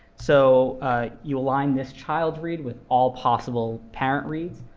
so ah you align this child read with all possible parent reads.